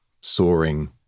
soaring